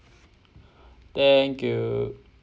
thank you